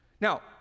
Now